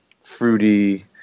fruity